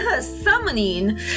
summoning